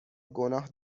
گناه